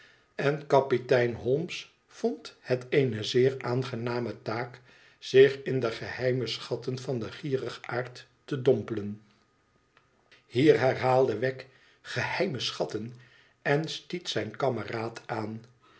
en kapitein holmes vond het eene zeer aangename taak zich in de geheime schatten van den gierigaard te dompelen hier herhaalde wegg i geheime schatten en stiet zijn kameraad aan